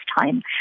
time